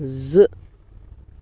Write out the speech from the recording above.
زٕ